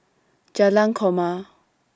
Jalan Korma